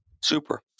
Super